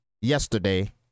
yesterday